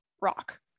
rock